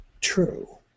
true